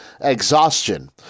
exhaustion